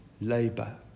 labour